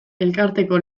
elkarteko